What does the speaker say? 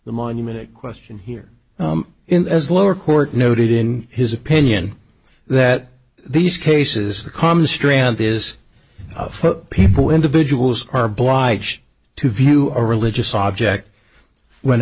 the monument a question here in as lower court noted in his opinion that these cases the common strand is of people individuals are blige to view our religious object when